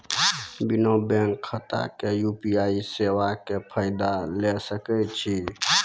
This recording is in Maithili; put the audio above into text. बिना बैंक खाताक यु.पी.आई सेवाक फायदा ले सकै छी?